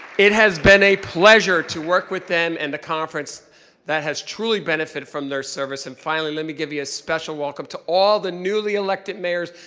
it has been a pleasure to work with them, and the conference that has truly benefited from their service, and finally, let me give you a special welcome to all the newly-elected mayors,